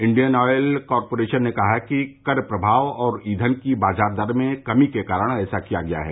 Indian Oil Corporation ने कहा है कि कर प्रभाव और ईघन की बाजार दर में कमी के कारण ऐसा किया गया है